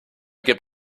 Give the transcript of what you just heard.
gibt